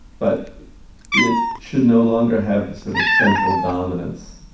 but it should no longer have the sort of central dominance.